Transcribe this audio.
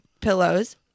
pillows